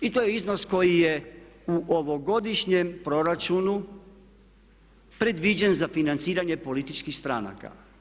I to je iznos koji je u ovogodišnjem proračunu predviđen za financiranje političkih stranaka.